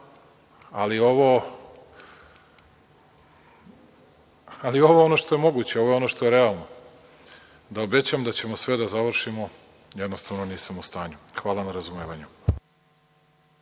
ali ovo je ono što je moguće, što je realno. Da obećam da ćemo sve da završimo jednostavno nisam u stanju, hvala na razumevanju.